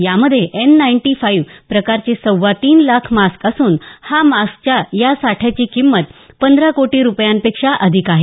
यामध्ये N ninety five प्रकारचे सव्वा तीन लाख मास्क असून हा मास्कच्या या साठ्याची किंमत पंधरा कोटी रुपयांपेक्षा अधिक आहे